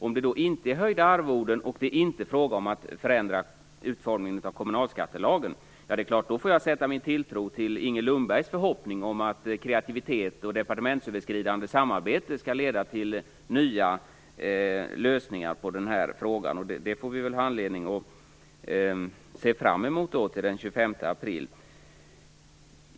Om det inte är höjda arvoden och det inte är fråga om att förändra utformningen av kommunalskattelagen, då är det klart att jag får sätta min tilltro till Inger Lundbergs förhoppning om att kreativitet och departementsöverskridande samarbete skall leda till nya lösningar på den här frågan. Det har vi väl anledning att se fram emot, till den 25 april.